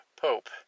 Pope